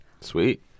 Sweet